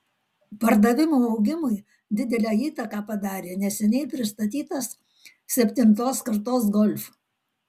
pardavimų augimui didelę įtaką padarė neseniai pristatytas septintos kartos golf